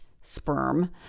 sperm